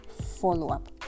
follow-up